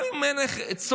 גם אם אין צורך